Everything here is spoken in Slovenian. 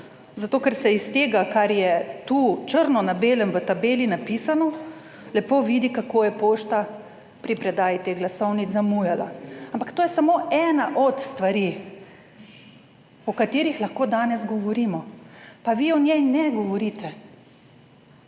zato, ker se iz tega, kar je tu črno na belem v tabeli napisano, lepo vidi, kako je pošta pri predaji teh glasovnic zamujala. Ampak to je samo ena od stvari, o katerih lahko danes govorimo, pa vi o njej ne govorite